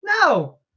no